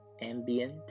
ambient